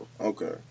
Okay